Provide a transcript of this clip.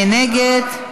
מי נגד?